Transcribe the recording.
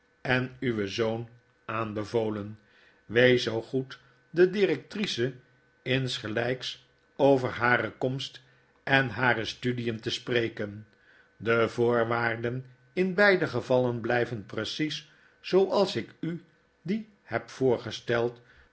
en uwen zoon aanbevolen wees zoo goed de directrice insgelijks over hare komst en hare studien te spreken de voorwaarden in beide gevallen blijven precies zooals ik u die heb voorgesteld